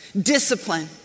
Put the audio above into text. discipline